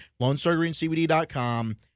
LoneStarGreenCBD.com